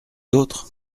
d’autre